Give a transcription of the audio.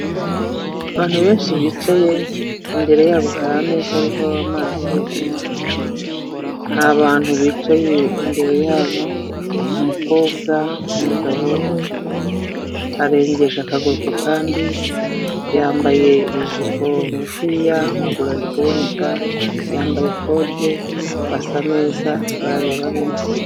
Abantu benshi bicaye, imbere yabo hari ameza ariho amazi yo kunywa, hari abantu bicaye imbere yabo umukobwa, umugabo arengeje akaguru ku kandi, yambaye ijiporugufi ya maguru ari kuboneka, yambaye ikote basa neza, barareba neza.